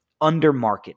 undermarket